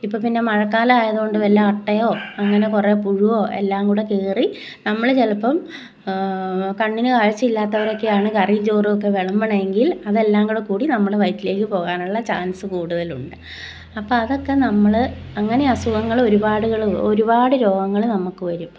ഇപ്പം പിന്നെ മഴക്കാലം ആയതുകൊണ്ട് വല്ല അട്ടയോ അങ്ങനെ കുറേ പുഴുവോ എല്ലാം കൂടെ കയറി നമ്മൾ ചിലപ്പം കണ്ണിന് കാഴ്ചയില്ലാത്തവരൊക്കെയാണ് കറിയും ചോറും ഒക്കെ വിളമ്പുന്നതെങ്കില് അതെല്ലാം കൂടെക്കൂടി നമ്മൾ വയറ്റിലേക്ക് പോകാനുള്ള ചാൻസ് കൂടുതൽ ഉണ്ട് അപ്പം അതൊക്കെ നമ്മൾ അങ്ങനെ അസുഖങ്ങൾ ഒരുപാടുകൾ ഒരുപാട് രോഗങ്ങൾ നമുക്ക് വരും